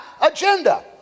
agenda